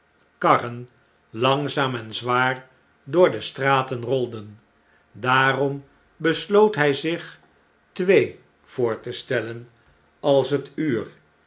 karren langzaam en zwaar door destratenrolden daarom besloot hy zich twee voor te stellen als het uur